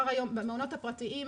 במעונות הפרטיים,